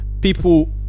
people